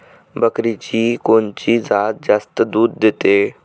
बकरीची कोनची जात जास्त दूध देते?